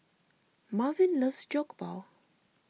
Marvin loves Jokbal